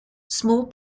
small